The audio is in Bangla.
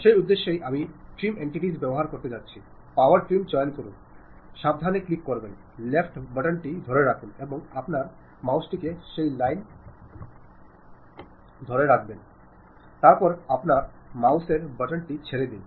সেই উদ্দেশ্যে আমি ট্রিম এন্টিটিএস ব্যবহার করতে যাচ্ছি পাওয়ার ট্রিম চয়ন করুন সাবধানে ক্লিক করুন লেফট বোতামটি ধরে রাখুন এবং আপনার মাউসটিকে সেই লাইন ধরে সরান তারপরে আপনার মাউস এর বোতামটি ছেড়ে দিন